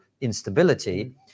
instability